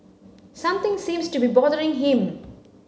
something seems to be bothering him